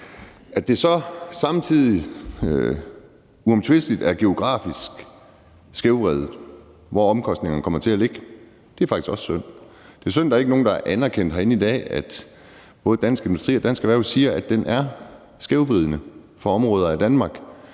At det så samtidig uomtvisteligt er geografisk skævvredet, i forhold til hvor omkostningerne kommer til at ligge, er faktisk også synd. Det er synd, at der ikke er nogen herinde i dag, der har anerkendt, at både Dansk Industri og Dansk Erhverv siger, at det er skævvridende for områder af Danmark.